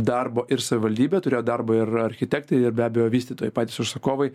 darbo ir savivaldybė turėjo darbo ir architektai ir be abejo vystytojai patys užsakovai